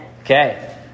Okay